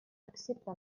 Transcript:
excepte